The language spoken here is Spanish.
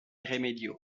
remedio